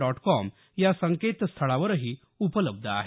dot com या संकेतस्थळावरही उपलब्ध आहे